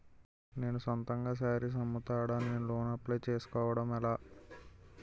నేను సొంతంగా శారీస్ అమ్ముతాడ, నేను లోన్ అప్లయ్ చేసుకోవడం ఎలా?